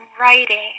writing